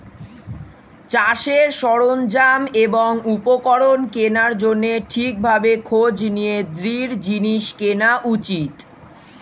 চাষের সরঞ্জাম এবং উপকরণ কেনার জন্যে ঠিক ভাবে খোঁজ নিয়ে দৃঢ় জিনিস কেনা উচিত